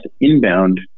inbound